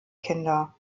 kinder